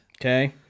Okay